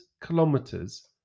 kilometers